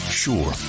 sure